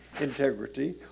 integrity